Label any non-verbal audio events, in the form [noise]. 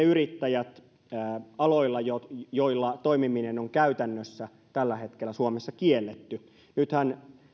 [unintelligible] yrittäjät niillä aloilla joilla toimiminen on käytännössä tällä hetkellä suomessa kielletty nythän